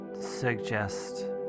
suggest